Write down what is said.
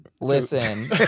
Listen